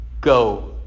Go